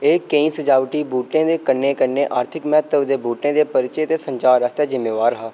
एह् केईं सजावटी बूह्टें दे कन्नै कन्नै आर्थिक म्हत्तव दे बूह्टें दे परिचे ते संचार आस्तै जिम्मेवार हा